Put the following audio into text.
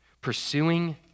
Pursuing